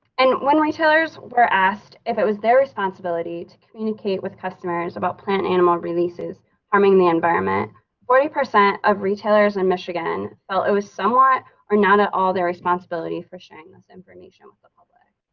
and when retailers were asked if it was their responsibility to communicate with customers about plant animal releases harming the environment forty percent of retailers in michigan well it was somewhat or not at all their responsibility for sharing this information with the public,